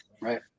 right